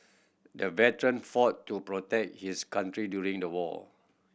the veteran fought to protect his country during the war